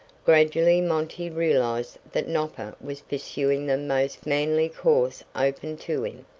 gradually monty realized that nopper was pursuing the most manly course open to him,